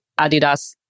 Adidas